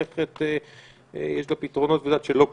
למערכת יש פתרונות והיא יודעת שהם לא קשיים.